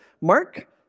Mark